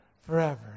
forever